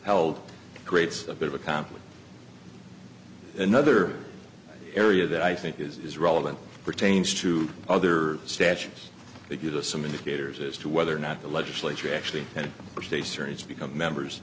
held grates a bit of a conflict another area that i think is relevant pertains to other statutes to give us some indicators as to whether or not the legislature actually had a serious become members